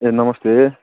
ए नमस्ते